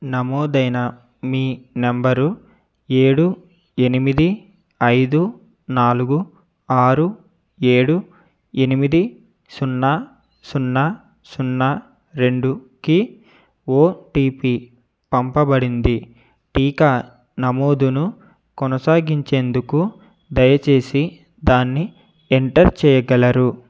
నమోదైన మీ నంబరు ఏడు ఎనిమిది ఐదు నాలుగు ఆరు ఏడు ఎనిమిది సున్నా సున్నా సున్నా రెండుకి ఓటిపి పంపబడింది టీకా నమోదును కొనసాగించేందుకు దయచేసి దాన్ని ఎంటర్ చేయగలరు